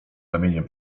ramieniem